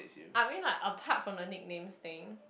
I mean like apart from the nicknames thing